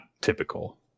typical